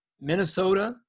Minnesota